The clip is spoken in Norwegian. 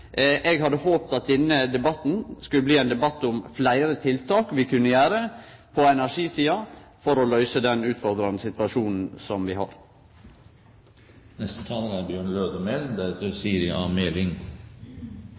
Eg hadde håpt at denne debatten skulle bli ein debatt om fleire tiltak vi kunne gjere på energisida for å løyse den utfordrande situasjonen som vi har. Eg har registrert, både i går og i dag, at raud-grøne politikarar er